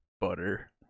butter